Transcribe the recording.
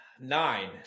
Nine